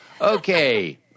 okay